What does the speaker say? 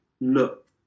look